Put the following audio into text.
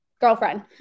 girlfriend